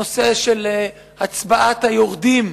הנושא של הצבעת היורדים,